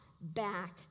back